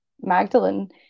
Magdalene